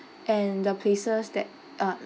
and the places that um